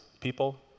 people